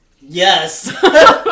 Yes